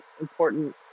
important